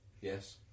yes